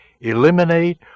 eliminate